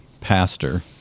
pastor